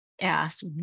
asked